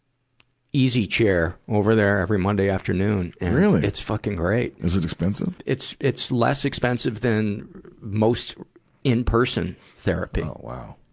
easy chair over there every monday afternoon, and brian really! it's fucking great. is it expensive? it's, it's less expensive than most in-person therapy. oh, wow!